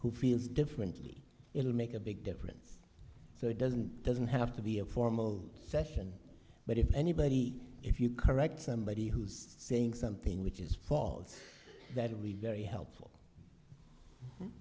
who feels differently it will make a big difference so it doesn't doesn't have to be a formal session but if anybody if you correct somebody who's saying something which is false that we very helpful